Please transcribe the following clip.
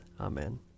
Amen